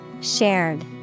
Shared